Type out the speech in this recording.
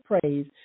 praise